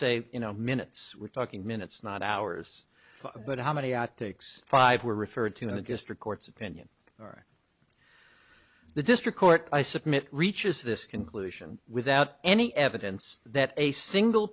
say you know minutes we're talking minutes not hours but how many outtakes five were referred to in a district court's opinion or the district court i submit reaches this conclusion without any evidence that a single